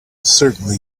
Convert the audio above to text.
certainly